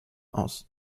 aus